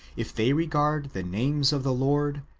if they regard the names of the lord,